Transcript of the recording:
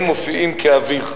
הם מופיעים כאוויר.